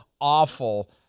awful